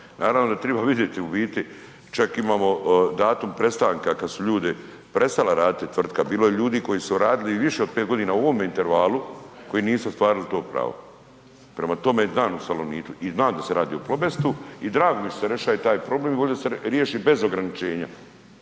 Naravno da treba vidjeti u biti, čak imamo i datum prestanka kad su ljudi, prestala raditi tvrtka, bilo je ljudi koji su radili i više od 5 godina u ovom intervalu koji nisu ostvarili to pravo. Prema tome, znam o Salonitu i znam da se radi o Plobestu i drago mi je što se rješaje taj problem. Volio bi da se riješi bez ograničenja.